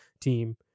team